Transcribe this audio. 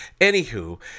anywho